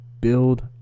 build